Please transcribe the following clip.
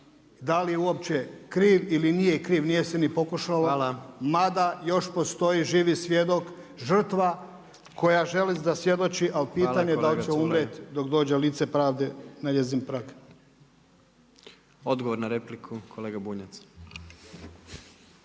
da li je uopće kriv ili nije kriv, nije se ni pokušalo, mada još postoji živi svjedok, žrtva koja želi da svjedoči ali pitanje da li će umrijeti do dođe pravde na njezin prag. **Jandroković, Gordan